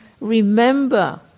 remember